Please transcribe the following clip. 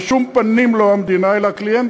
בשום פנים לא המדינה, אלא הקליינטים.